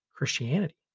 Christianity